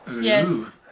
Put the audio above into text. Yes